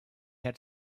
had